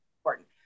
important